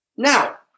Now